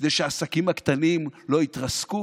כדי שהעסקים הקטנים לא יתרסקו,